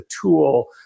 tool